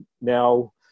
now